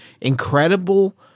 incredible